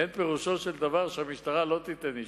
אין פירושו של דבר שהמשטרה לא תיתן אישור.